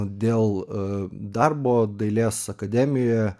dėl darbo dailės akademijoje